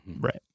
right